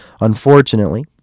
Unfortunately